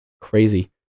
crazy